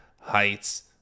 heights